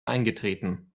eingetreten